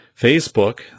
Facebook